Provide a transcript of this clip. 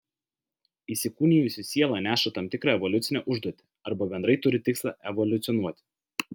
įsikūnijusi siela neša tam tikrą evoliucinę užduotį arba bendrai turi tikslą evoliucionuoti